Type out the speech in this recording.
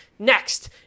next